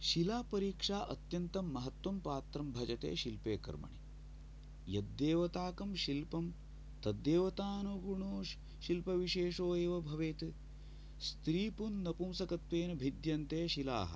शिलापरीक्षा अत्यन्तं महत्त्वं पात्रं भजते शिल्पे कर्मणि यद्येव ताकं शिल्पं तद्देवतानुगुणो शिल्प विशेषो एव भवेत् स्त्रीपुंनपुंसकत्वेन भिद्यन्ते शिलाः